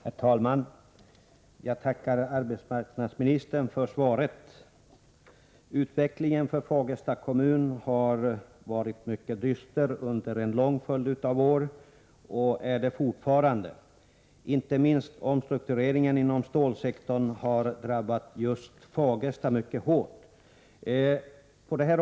Herr talman! Jag tackar arbetsmarknadsministern för svaret. Utvecklingen för Fagersta kommun har varit mycket dyster under en lång följd av år och är det fortfarande. Inte minst omstruktureringen inom stålsektorn har drabbat just Fagersta mycket hårt.